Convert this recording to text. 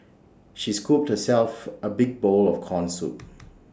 she scooped herself A big bowl of Corn Soup